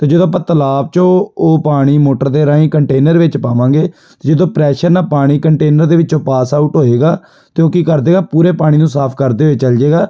ਅਤੇ ਜਦੋਂ ਆਪਾਂ ਤਲਾਬ 'ਚੋਂ ਉਹ ਪਾਣੀ ਮੋਟਰ ਦੇ ਰਾਹੀਂ ਕੰਟੇਨਰ ਵਿੱਚ ਪਾਵਾਂਗੇ ਪਾਣੀ ਕੰਟੇਨਰ ਦੇ ਵਿੱਚੋਂ ਪਾਸ ਆਊਟ ਹੋਏਗਾ ਤਾਂ ਉਹ ਕੀ ਕਰ ਦਵੇਗਾ ਪੂਰੇ ਪਾਣੀ ਨੂੰ ਸਾਫ਼ ਕਰਦੇ ਹੋਏ ਚੱਲ ਜਾਵੇਗਾ